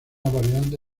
variante